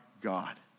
God